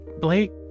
Blake